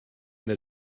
that